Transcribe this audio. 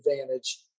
advantage